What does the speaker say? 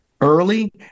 early